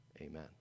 Amen